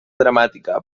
dramàtica